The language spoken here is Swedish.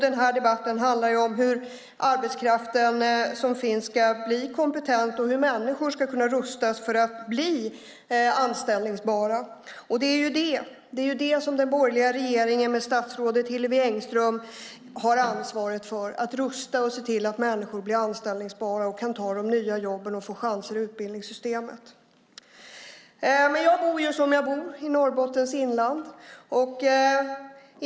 Den här debatten handlar om hur den arbetskraft som finns ska bli kompetent och hur människor ska kunna rustas för att bli anställningsbara. Det är det som den borgerliga regeringen, med statsrådet Hillevi Engström, har ansvaret för, att rusta och se till att människor blir anställningsbara och kan ta de nya jobben och få chanser i utbildningssystemet. Jag bor som jag bor, i Norrbottens inland.